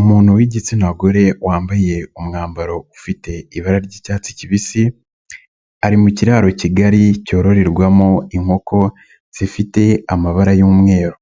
Umuntu w'igitsina gore wambaye umwambaro ufite ibara ry'icyatsi kibisi, ari mu kiraro kigali cyororerwamo inkoko zifite amabara y'umweru,